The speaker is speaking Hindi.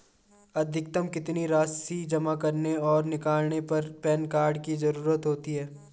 अधिकतम कितनी राशि जमा करने और निकालने पर पैन कार्ड की ज़रूरत होती है?